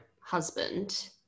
husband